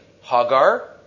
Hagar